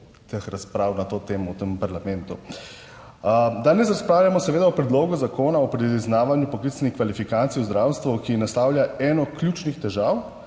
teh razprav na to temo v tem parlamentu. Danes razpravljamo seveda o Predlogu zakona o priznavanju poklicnih kvalifikacij v zdravstvu, ki naslavlja eno ključnih težav